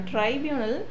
Tribunal